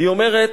היא אומרת: